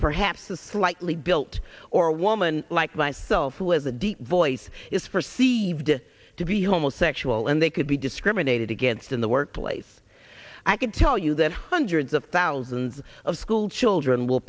perhaps a slightly built or a woman like myself who has a deep voice is for sieved to be homosexual and they could be discriminated against in the workplace i can tell you that hundreds of thousands of school children will